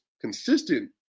consistent